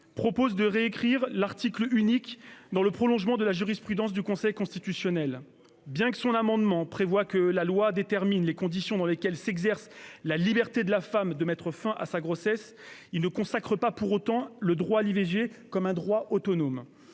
propose de réécrire l'article unique dans le prolongement de la jurisprudence du Conseil constitutionnel. Bien que son amendement prévoie que la loi détermine les conditions dans lesquelles s'exerce la liberté de la femme de mettre fin à sa grossesse, il ne consacre pas pour autant le droit à l'IVG comme un droit autonome.